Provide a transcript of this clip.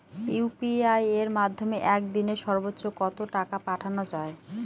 UPI এর মাধ্যমে এক দিনে সর্বচ্চ কত টাকা পাঠানো যায়?